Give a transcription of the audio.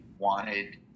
wanted